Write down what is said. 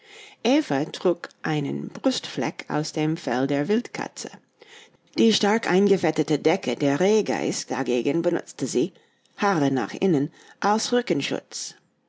trug einen brustfleck aus dem fell der wildkatze die stark eingefettete decke der rehgeiß dagegen benutzte sie haare nach innen als